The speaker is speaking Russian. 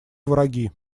враги